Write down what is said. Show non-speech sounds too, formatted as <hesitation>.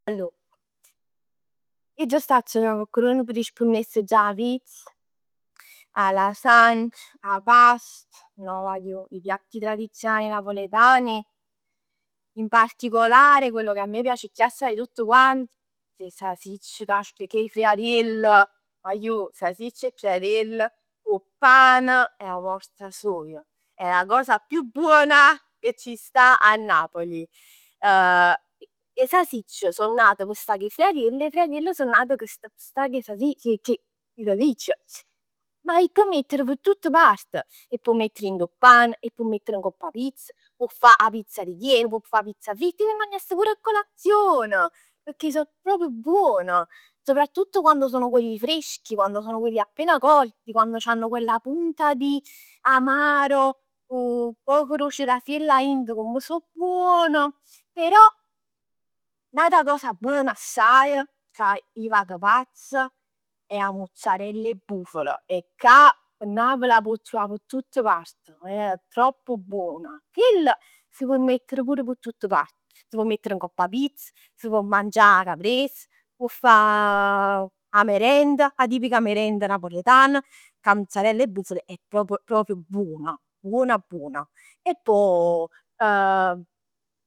Allor, io già 'o sacc ca coccheduno rispunness già 'a pizz, 'a lasagn, 'a pasta. No guagliù i piatti tradizionali napoletani, in particolare quello che a me piace chiù assaje 'e tutt quant, 'e sasicc cà cu 'e friariell, guagliù sasicc e friariell cu 'o pan è 'a morta soja. È 'a cosa chiù buona ca c'sta a Napoli. <hesitation> 'E sasicc so nate p' sta cu 'e friariell e 'e friariell so nat p' sta cu cu cu 'e sasicc. Ma 'e può mettere p' tutt parte, 'e può mettere dint 'o pan, 'e può mettere ngopp 'a pizz, può fà 'a pizza ripiena, può fa 'a pizza fritta. Ij m'e magnass pur a colazion. Pecchè so proprio buon. Soprattutto quann so chillillà freschi, quann so appena cotti, quando c'hanno quella punta di amaro cu 'o poc d' 'o cirasiell arint, comm so buon. Però, n'ata cosa buona assaje, ca ij vag pazz è 'a muzzarell 'e bufala e cà a Napl 'a può truvà p' tutt part, è troppo buona. Chell si pò mettere pur p' tutt parte. S' pò mettere ngopp a pizza, s' pò mangià 'a caprese, può fa 'a merenda, 'a tipica merenda napoletana, cu 'a mozzarell 'e bufala è proprio proprio buona buona e pò. <hesitation>